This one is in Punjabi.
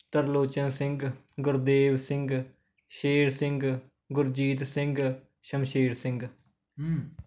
ਤਰਲੋਚਨ ਸਿੰਘ ਗੁਰਦੇਵ ਸਿੰਘ ਸ਼ੇਰ ਸਿੰਘ ਗੁਰਜੀਤ ਸਿੰਘ ਸ਼ਮਸ਼ੇਰ ਸਿੰਘ